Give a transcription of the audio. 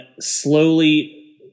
slowly